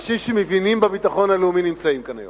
ואנשים שמבינים בביטחון הלאומי נמצאים כאן היום.